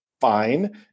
fine